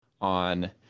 on